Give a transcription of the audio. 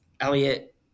Elliot